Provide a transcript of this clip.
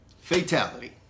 Fatality